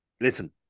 Listen